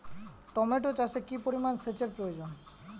Tomato চাষে কি পরিমান সেচের প্রয়োজন?